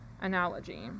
analogy